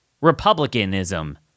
Republicanism